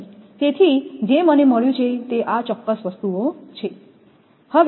તેથી જે મને મળ્યું છે તે આ ચોક્કસ વસ્તુઓ છે